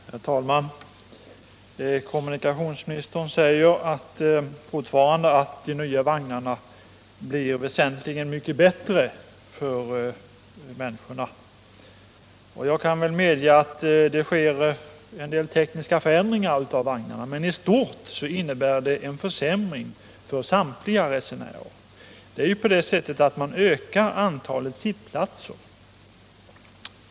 Herr talman! Kommunikationsministern säger fortfarande att de nya vagnarna blir väsentligen mycket bättre för människorna. Jag kan väl medge att det sker en del tekniska förändringar av vagnarna, men i stort sett innebär vagnarna en försämring för samtliga resenärer. Man ökar ju antalet sittplatser.